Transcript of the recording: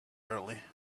early